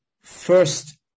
first